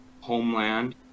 homeland